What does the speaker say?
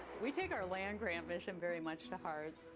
we take our land grant mission very much to heart.